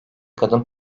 kadın